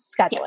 scheduling